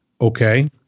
okay